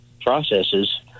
processes